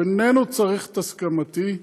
הוא איננו צריך את הסכמתי.